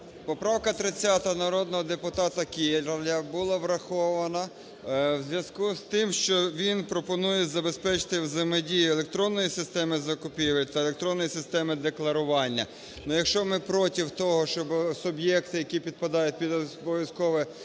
Поправка 30 народного депутата Кіраля була врахована в зв'язку з тим, що він пропонує забезпечити взаємодію електронної системи закупівель та електронної системи декларування. Але, якщо ми проти того, щоб суб'єкти, які підпадають під обов'язкове